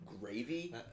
gravy